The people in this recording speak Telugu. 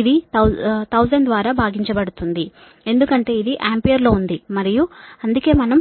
ఇది 1000 ద్వారా భాగించబడుతుంది ఎందుకంటే ఇది ఆంపియర్లో ఉంది మరియు అందుకే మనం